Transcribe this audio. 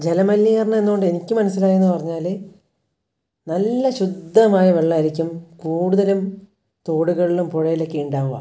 ജലമലിനീകരണം എന്നതുകൊണ്ട് എനിക്ക് മനസ്സിലായതെന്നു പറഞ്ഞാൽ നല്ല ശുദ്ധമായ വെള്ളമായിരിക്കും കൂടുതലും തോടുകളിലും പുഴയിലുമൊക്കെ ഉണ്ടാവുക